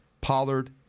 Pollard